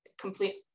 complete